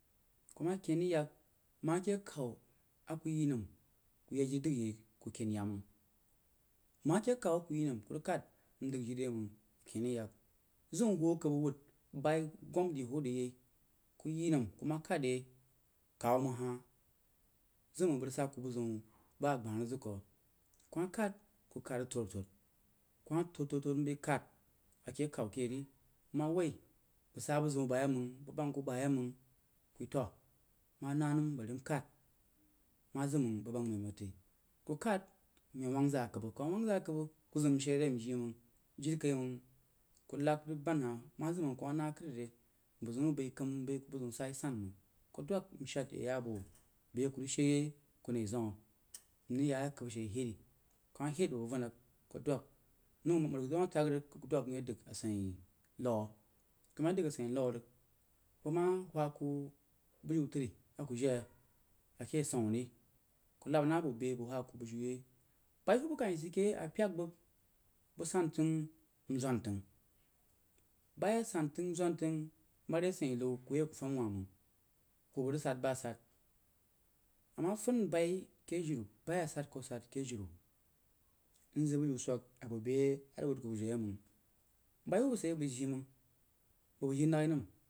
Ku ma kein rig yak, ma keh kawu a vu yi nəm ku yak jri dəgi yei ku ya məng, ma keh kawu aku yi nəm ku rig fad mdəg jiri yaiməng ku ken rig yak ziun wu akabba wud bayi gom di huo re ywi ku yi nəm ma khad re yei kawu məng hah zim a bəg rig sa ku bəg-zu ba gbah rig zəg kuh ku ma khad ku khad rig rig tud-tud, kuma tud-tud-tud nbai khad a ke kawo keh ri nma woi bək sa bəg-ziu bayeiməng, bək bang ka bayeiməng ku yi toh ma na nəm bari nkhad ma zim məng bək bang mai məng tei, ku khad miye wəng zəg akubba ku ma wəng zək akabba ku zim nshe re yei mjii məg jire kaiməng ku lag rig band hah ma zim məng kurma na kar re mpər ziu rig bai kəm mbai ku bəg ziu sai sanməng ku dwəg nshad ye ya buo beh a ku rig see yo nai zeun nrog ya akabba she herri ku ma hed huo van rig ku dwəg mri kadzau ma təg rig ku dwəg mye dək asein lau, kuma ye dəg asein lau, bəg ma huwa kuh bujiu tri a ku jii ake asəun ri ku nah bwo bachadə huwa ku bujiu ri ba hubba ka sid yei a pyək bəg bək san təng nzwan təng bayi asun təng-mzwan təng mare asein nau ku fam wa məng hubba rig sad-ba-sad ama fən bayi ke juru bayi a sad-ku-sad ke juru mzəg buyin swək bo beh a rig wud ku buyiu yei məng bayi hubba sid ye bəg jii mang bak bəg jire nagha nəm.